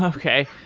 ah okay.